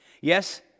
Yes